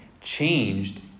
changed